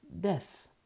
death